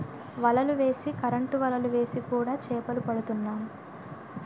వలలు వేసి కరెంటు వలలు వేసి కూడా చేపలు పడుతున్నాం